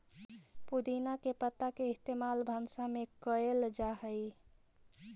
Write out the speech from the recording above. पुदीना के पत्ता के इस्तेमाल भंसा में कएल जा हई